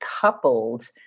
coupled